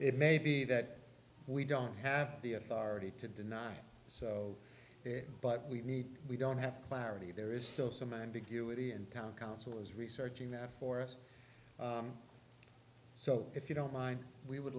it may be that we don't have the authority to deny so but we need we don't have clarity there is still some ambiguity and county council is researching that for us so if you don't mind we would